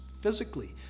physically